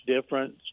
difference